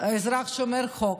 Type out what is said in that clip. ואזרח שומר חוק,